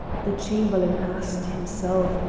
the chamberlain asked himself,